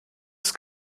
ist